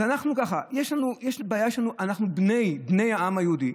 אז אנחנו ככה: אנחנו בני העם היהודי,